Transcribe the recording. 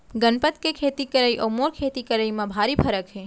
गनपत के खेती करई अउ मोर खेती करई म भारी फरक हे